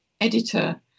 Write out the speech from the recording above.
editor